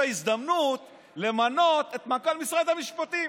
ההזדמנות למנות את מנכ"ל משרד המשפטים: